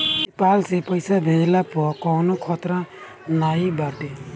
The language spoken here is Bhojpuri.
पेपाल से पईसा भेजला पअ कवनो खतरा नाइ बाटे